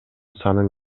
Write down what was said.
санын